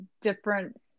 different